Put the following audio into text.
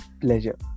Pleasure